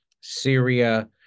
Syria